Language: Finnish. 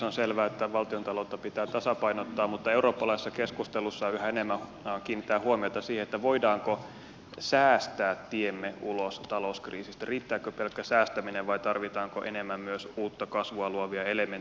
on selvää että valtiontaloutta pitää tasapainottaa mutta eurooppalaisessa keskustelussa yhä enemmän kiinnitetään huomiota siihen voimmeko säästää itsemme ulos talouskriisistä riittääkö pelkkä säästäminen vai tarvitaanko enemmän myös uutta kasvua luovia elementtejä